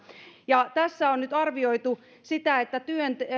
ja tässä on nyt arvioitu sitä että